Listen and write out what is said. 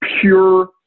Pure